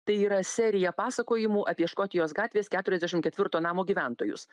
tai yra seriją pasakojimų apie škotijos gatvės keturiasdešimt ketvirto namo gyventojus